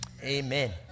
amen